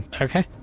Okay